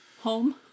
Home